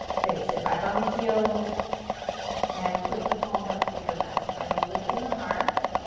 great. sit back on the heels and flip the palms up, take a rest. find a lift in the heart.